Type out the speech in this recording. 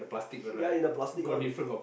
ya in the plastic one